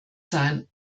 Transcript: sein